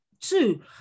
Two